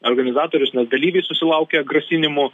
organizatorius net dalyviai susilaukė grasinimų